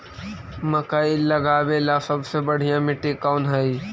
मकई लगावेला सबसे बढ़िया मिट्टी कौन हैइ?